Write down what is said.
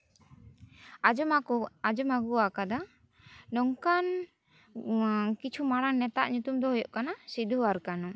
ᱟᱸᱡᱚᱢᱟᱠᱚ ᱟᱸᱡᱚᱢ ᱟᱜᱩᱣᱟᱠᱟᱫᱟ ᱱᱚᱝᱠᱟᱱ ᱠᱤᱪᱷᱩ ᱢᱟᱨᱟᱝ ᱱᱮᱛᱟᱣᱟᱜ ᱧᱩᱛᱩᱢ ᱫᱚ ᱦᱩᱭᱩᱜ ᱠᱟᱱᱟ ᱥᱤᱫᱩ ᱟᱨ ᱠᱟᱱᱩ